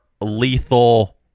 lethal